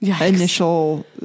initial